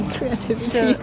Creativity